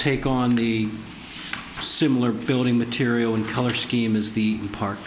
take on the similar building material and color scheme is the park